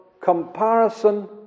comparison